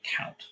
count